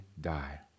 die